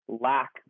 lack